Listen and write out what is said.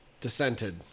dissented